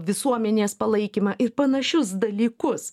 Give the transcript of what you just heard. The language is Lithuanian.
visuomenės palaikymą ir panašius dalykus